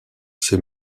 ces